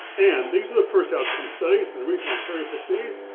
and these are the first outcome studies, and the reason i cherry picked these,